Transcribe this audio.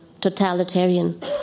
totalitarian